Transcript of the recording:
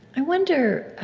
i wonder,